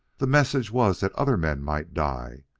the message was that other men might die,